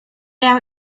our